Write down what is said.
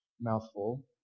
mouthful